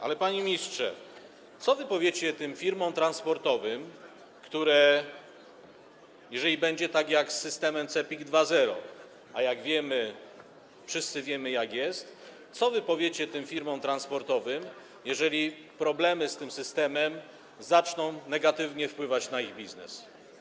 Ale, panie ministrze, co wy powiecie tym firmom transportowym - jeżeli będzie tak jak z systemem CEPiK 2.0, a wszyscy wiemy, jak jest - co powiecie firmom transportowym, jeżeli problemy z tym systemem zaczną negatywnie wpływać na ich biznes?